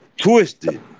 twisted